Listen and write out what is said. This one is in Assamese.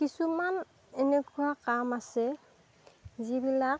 কিছুমান এনেকুৱা কাম আছে যিবিলাক